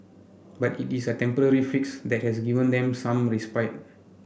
but it is a temporary fix that has given them some respite